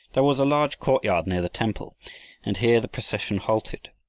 there was a large courtyard near the temple and here the procession halted.